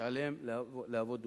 שעליהם להוות דוגמה.